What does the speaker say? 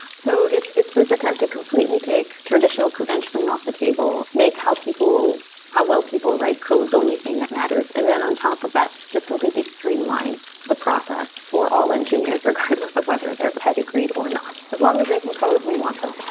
so it's it's this attempt to completely take traditional credentialing off the table. make how well people write code the only thing that matters. and then on top of that, just completely streamline the process for all engineers regardless of whether they're pedigreed or not. as long as they can code, we want them